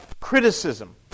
criticism